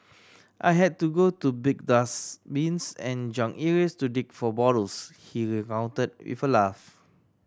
I had to go to big dustbins and junk areas to dig for bottles he recounted with a laugh